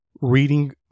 reading